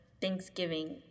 Thanksgiving